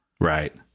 Right